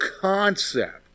concept